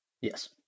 yes